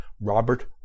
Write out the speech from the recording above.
Robert